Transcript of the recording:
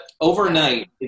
overnight